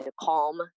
calm